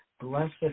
blessed